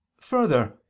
further